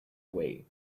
way